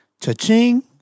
cha-ching